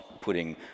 putting